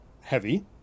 heavy